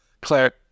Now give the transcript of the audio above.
Claire